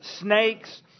snakes